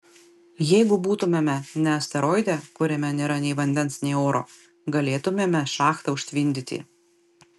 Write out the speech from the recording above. jeigu būtumėme ne asteroide kuriame nėra nei vandens nei oro galėtumėme šachtą užtvindyti